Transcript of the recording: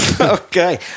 Okay